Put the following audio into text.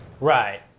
Right